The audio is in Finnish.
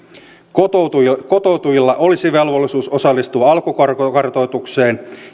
kotoutujilla kotoutujilla olisi velvollisuus osallistua alkukartoitukseen